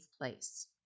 place